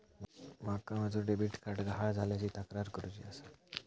माका माझो debit card गहाळ झाल्याची तक्रार करुची आसा